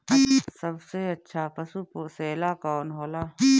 सबसे अच्छा पशु पोसेला कौन होला?